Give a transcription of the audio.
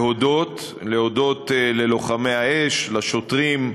להודות ללוחמי האש, לשוטרים,